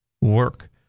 work